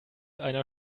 einer